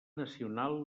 nacional